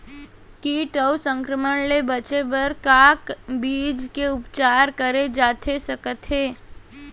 किट अऊ संक्रमण ले बचे बर का बीज के उपचार करे जाथे सकत हे?